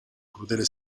crudele